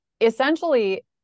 Essentially